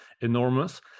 enormous